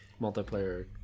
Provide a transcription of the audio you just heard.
multiplayer